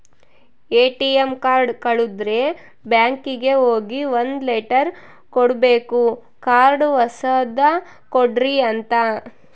ATM card ಕಳುದ್ರೆ ಬ್ಯಾಂಕಿಗೆ ಹೋಗಿ ಒಂದ್ ಲೆಟರ್ ಕೊಡ್ಬೇಕು ಕಾರ್ಡ್ ಹೊಸದ ಕೊಡ್ರಿ ಅಂತ